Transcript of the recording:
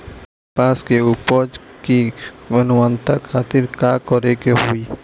कपास के उपज की गुणवत्ता खातिर का करेके होई?